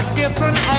different